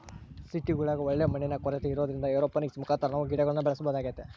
ಸಿಟಿಗುಳಗ ಒಳ್ಳೆ ಮಣ್ಣಿನ ಕೊರತೆ ಇರೊದ್ರಿಂದ ಏರೋಪೋನಿಕ್ಸ್ ಮುಖಾಂತರ ನಾವು ಗಿಡಗುಳ್ನ ಬೆಳೆಸಬೊದಾಗೆತೆ